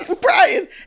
Brian